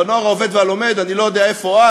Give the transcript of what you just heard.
ב"נוער העובד והלומד"; אני לא יודע איפה את.